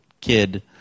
kid